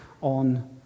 on